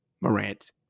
Morant